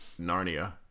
Narnia